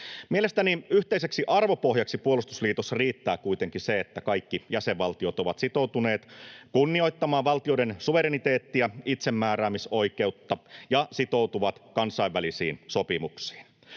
Mielestäni yhteiseksi arvopohjaksi puolustusliitossa riittää kuitenkin se, että kaikki jäsenvaltiot ovat sitoutuneet kunnioittamaan valtioiden suvereniteettia, itsemääräämisoikeutta, ja sitoutuvat kansainvälisiin sopimuksiin.